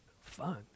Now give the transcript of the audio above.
fun